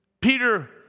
Peter